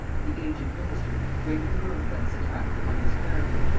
the aged minister, greatly moved by this attack upon his character,